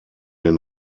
den